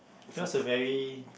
that's a very